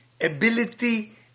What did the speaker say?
ability